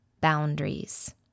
boundaries